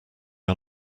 are